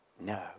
No